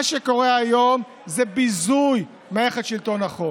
מה שקורה היום זה ביזוי מערכת שלטון החוק,